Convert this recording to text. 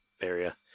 area